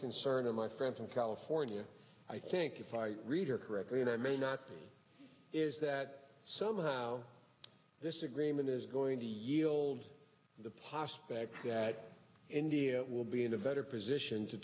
concern of my friends in california i think if i read or correctly and i may not is that so how this agreement is going to yield the pa specs that india will be in a better position to